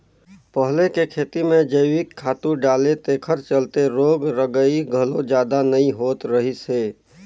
पहिले के खेती में जइविक खातू डाले तेखर चलते रोग रगई घलो जादा नइ होत रहिस हे